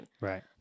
Right